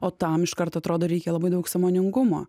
o tam iš karto atrodo reikia labai daug sąmoningumo